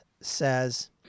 says